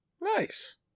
Nice